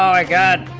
i bad